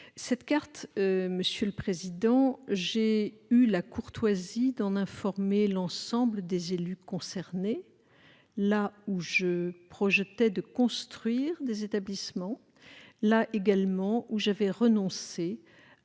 Cette carte, j'ai eu la courtoisie d'en informer l'ensemble des élus concernés, là où je projetais de construire des établissements, mais aussi là où j'avais renoncé